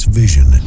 vision